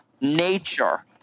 nature